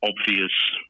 obvious